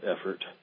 effort